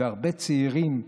והרבה צעירים,